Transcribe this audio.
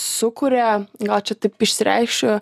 sukuria gal čia taip išsireikšiu